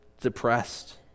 depressed